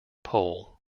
pole